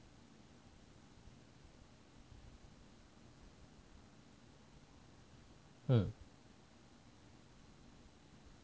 嗯